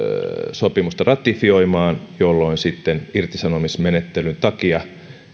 sopimusta ratifioimaan jolloin sitten irtisanomismenettelyn takia